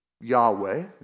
Yahweh